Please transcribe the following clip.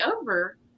Over